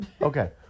Okay